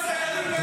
למצב שיש לנו צפון.